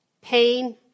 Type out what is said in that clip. pain